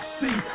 see